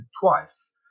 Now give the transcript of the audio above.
twice